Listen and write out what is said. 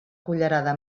cullerada